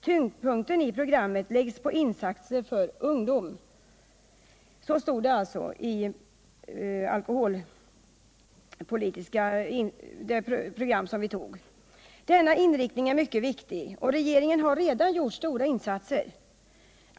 Tyngdpunkten i programmet skulle läggas på insatser för ungdom. Denna inriktning är mycket viktig, och regeringen har redan gjort stora insatser.